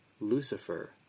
Lucifer